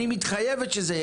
אני מתחייבת שזה יהיה.